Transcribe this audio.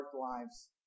lives